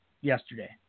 yesterday